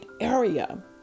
area